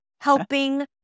Helping